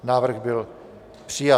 Návrh byl přijat.